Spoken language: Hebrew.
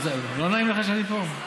לא נעים לך שאני פה?